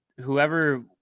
whoever –